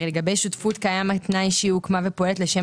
הרי לגבי שותפות קיים תנאי שהיא הוקמה ופועלת לשם